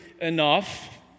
enough